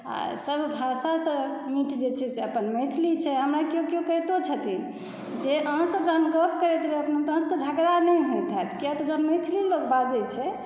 आ सभ भाषासँ मीठ जे छै से अपन मैथिली छै हमरा केओ केओ कहितो छथिन जे अहाँसभ जहन गप करैत रहथिन तऽ अहाँसभके झगड़ा नहि होयत हैत किआ तऽ जब मैथिली लोग बाजैत छै